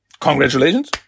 congratulations